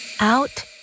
out